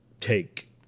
take